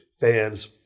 fans